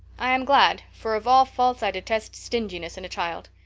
i'm glad, for of all faults i detest stinginess in a child.